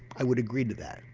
i would agree to that.